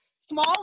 small